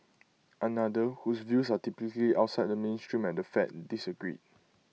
another whose views are typically outside the mainstream at the fed disagreed